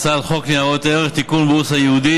הצעת חוק ניירות ערך (תיקון מס' 69) (בורסה ייעודית),